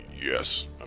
yes